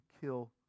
kill